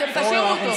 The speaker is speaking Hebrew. אתם תשאירו אותו.